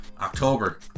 October